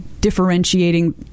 differentiating